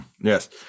yes